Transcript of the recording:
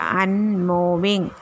unmoving